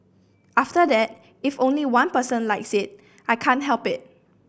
after that if only one person likes it I can't help it